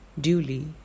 duly